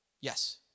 Yes